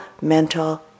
mental